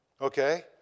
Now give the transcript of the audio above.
okay